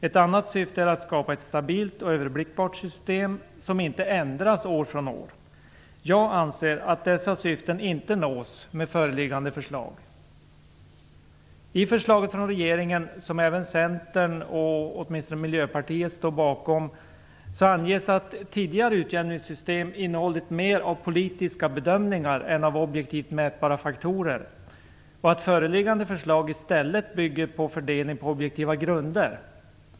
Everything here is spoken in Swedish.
Ett annat syfte är att skapa ett stabilt och överblickbart system som inte ändras år från år. Jag anser att dessa syften inte nås med föreliggande förslag. I förslaget från regeringen, som även Centern och dessutom åtminstone Miljöpartiet står bakom, anges att tidigare utjämningssystem innehållit mer av politiska bedömningar än av objektivt mätbara faktorer och att föreliggande förslag i stället bygger på fördelning på objektiva grunder.